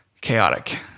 chaotic